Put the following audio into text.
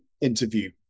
interview